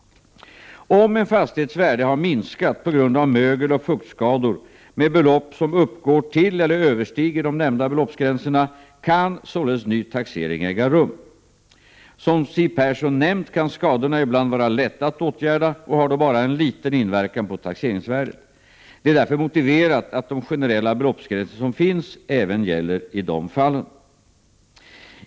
Om en fastighets värde minskat på grund av mögeloch fuktskador med belopp som uppgår till eller överstiger de nämnda beloppsgränserna, kan således ny taxering äga rum. Som Siw Persson nämnt kan skadorna ibland vara lätta att åtgärda och har då bara en liten inverkan på taxeringsvärdet. Det är därför motiverat att de generella beloppsgränser som finns även gäller i dessa fall.